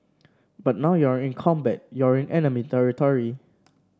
but now you're in combat you're in enemy territory